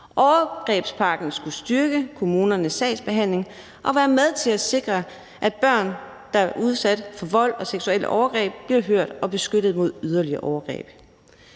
Overgrebspakken skulle styrke kommunernes sagsbehandling og være med til at sikre, at børn, der har været udsat for vold og seksuelle overgreb, bliver hørt og beskyttet mod yderligere overgreb.